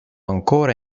ancora